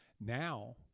now